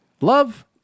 Love